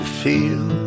feel